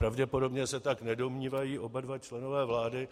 Pravděpodobně se tak nedomnívají oba dva členové vlády.